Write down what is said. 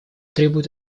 требует